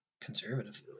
Conservative